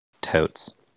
Totes